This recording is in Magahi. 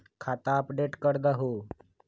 खाता अपडेट करदहु?